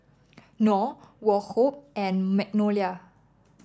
Knorr Woh Hup and Magnolia